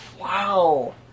Wow